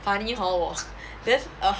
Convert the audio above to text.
funny hor 我 then err